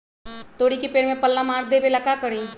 तोड़ी के पेड़ में पल्ला मार देबे ले का करी?